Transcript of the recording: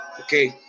okay